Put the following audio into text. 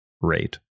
rate